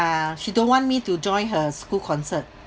she don't want me to join her school concert